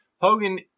Hogan